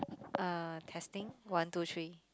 uh testing one two three